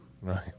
Right